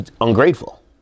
ungrateful